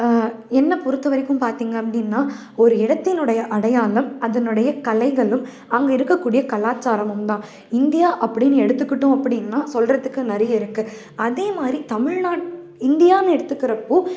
என்னை பொறுத்தவரைக்கும் பார்த்திங்க அப்படின்னா ஒரு இடத்தினுடைய அடையாளம் அதனுடைய கலைகளும் அங்கே இருக்கக்கூடிய கலாச்சாரமும் தான் இந்தியா அப்படினு எடுத்துகிட்டோம் அப்படின்னா சொல்கிறதுக்கு நிறைய இருக்கு அதேமாதிரி தமிழ்நாட்டு இந்தியான்னு எடுத்துக்கிறப்போ